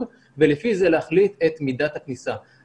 ולפי זה להחליט את מידת הכניסה.